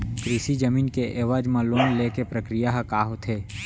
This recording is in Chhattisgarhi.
कृषि जमीन के एवज म लोन ले के प्रक्रिया ह का होथे?